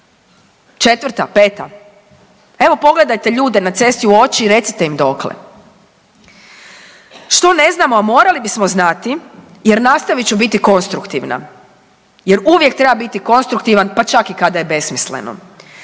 Četvrta, peta, evo pogledajte ljude na cesti u oči i recite im dokle. Što ne znamo, a morali bismo znati jer nastavit ću biti konstruktivna jer uvijek treba konstruktivan pa čak i kada je besmisleno.